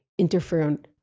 interferon